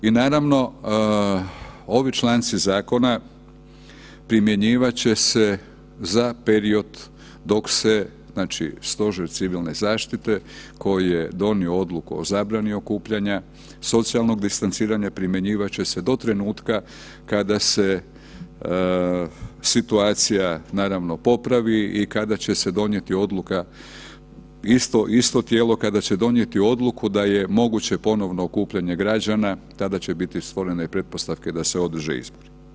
I naravno, ovi članci zakona primjenjivat će se za period dok se znači Stožer civilne zaštite koji je donio odluku o zabrani okupljanja, socijalnog distanciranja, primjenjivat će se do trenutka kada se situacija, naravno, popravi i kada će se donijeti odluka, isto tijelo kada će donijeti odluku da je moguće ponovno okupljanje građana, tada će biti stvorene i pretpostavke da se održe izbori.